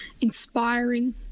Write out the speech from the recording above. inspiring